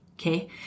Okay